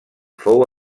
fou